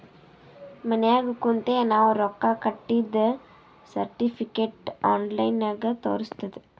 ಮನ್ಯಾಗ ಕುಂತೆ ನಾವ್ ರೊಕ್ಕಾ ಕಟ್ಟಿದ್ದ ಸರ್ಟಿಫಿಕೇಟ್ ಆನ್ಲೈನ್ ನಾಗೆ ತೋರಸ್ತುದ್